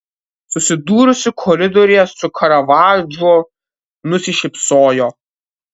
susidūrusi koridoriuje su karavadžu nusišypsojo